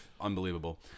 unbelievable